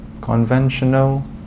conventional